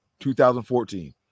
2014